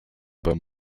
beim